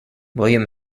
william